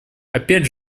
опять